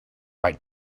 white